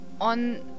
on